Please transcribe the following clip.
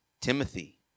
Timothy